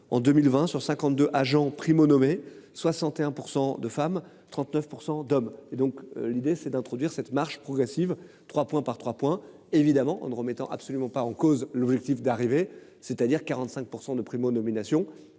en 2020 sur 52 agents primo nommé 61% de femmes, 39% d'hommes. Et donc l'idée c'est d'introduire cette marche progressive 3 points par 3 points évidemment en ne remettant absolument pas en cause l'objectif d'arriver, c'est-à-dire 45% de prime aux nominations